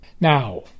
Now